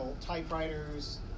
typewriters